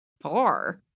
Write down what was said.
far